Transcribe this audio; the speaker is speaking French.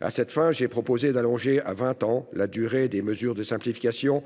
À cette fin, j'ai proposé d'allonger à vingt ans la durée des mesures de simplification